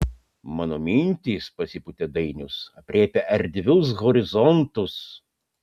mano mintys pasipūtė dainius aprėpia erdvius horizontus